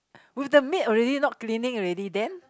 with the maid already not cleaning already then